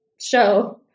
show